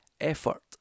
effort